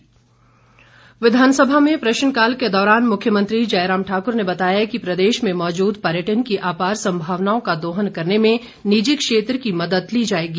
प्रश्नकाल विधानसभा में प्रश्नकाल के दौरान मुख्यमंत्री जयराम ठाकुर ने बताया कि प्रदेश में मौजूद पर्यटन की अपार संभावनाओं का दोहन करने में निजी क्षेत्र की मदद ली जाएगी